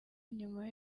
nyuma